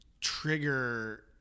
trigger